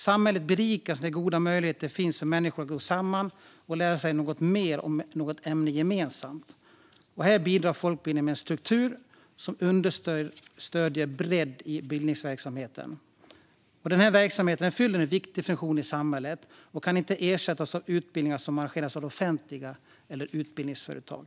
Samhället berikas när goda möjligheter finns för människor att gå samman och lära sig mer om något ämne gemensamt. Här bidrar folkbildningen med en struktur som understöder bredd i bildningsverksamheten. Denna verksamhet fyller en viktig funktion i samhället och kan inte ersättas av utbildningar som arrangeras av det offentliga eller utbildningsföretag.